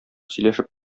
сөйләшеп